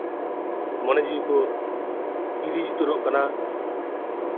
ᱢᱚᱱᱮ ᱡᱤᱣᱤ ᱠᱚ ᱦᱤᱸᱫᱤᱡ ᱩᱛᱟᱹᱨᱚᱜ ᱠᱟᱱᱟ